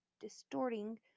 distorting